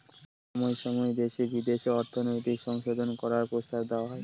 সময় সময় দেশে বিদেশে অর্থনৈতিক সংশোধন করার প্রস্তাব দেওয়া হয়